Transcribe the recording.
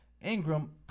Ingram